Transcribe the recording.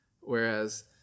whereas